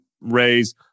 raise